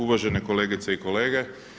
Uvažene kolegice i kolege.